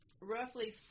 Roughly